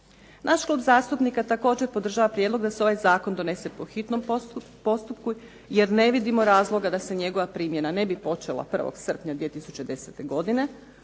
Naš klub zastupnika također podržava prijedlog da se ovaj zakon donese po hitnom postupku jer ne vidimo razloga da se njegova primjena ne bi počela 01. srpnja 2010. godine.